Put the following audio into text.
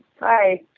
Hi